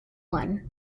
one